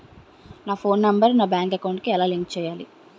నా phone number నా bank account కి ఎలా లింక్ చేయాలి?